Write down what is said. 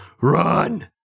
Run